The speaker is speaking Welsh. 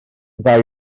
ddau